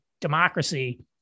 democracy